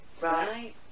right